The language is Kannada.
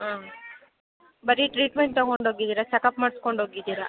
ಆಂ ಬರೀ ಟ್ರೀಟ್ಮೆಂಟ್ ತೊಗೊಂಡೋಗಿದ್ದೀರಾ ಚಕಪ್ ಮಾಡಿಸ್ಕೊಂಡೋಗಿದ್ದೀರಾ